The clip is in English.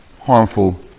harmful